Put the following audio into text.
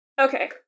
Okay